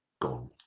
gone